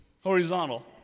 Horizontal